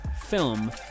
Film